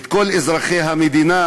ואת כל אזרחי המדינה,